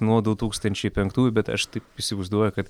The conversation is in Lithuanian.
nuo du tūkstančiai penktųjų bet aš taip įsivaizduoju kad